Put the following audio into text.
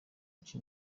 aca